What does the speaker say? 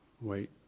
wait